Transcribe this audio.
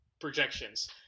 projections